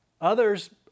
Others